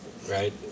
right